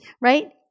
right